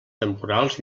temporals